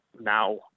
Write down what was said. now